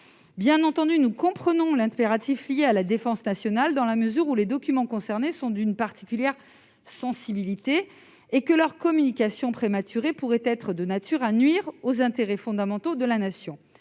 Bien entendu, nous comprenons l'impératif lié à la défense nationale dans la mesure où les documents concernés sont d'une particulière sensibilité et où leur communication prématurée pourrait être de nature à nuire aux intérêts fondamentaux de la Nation.